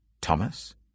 Thomas